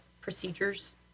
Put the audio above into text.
Procedures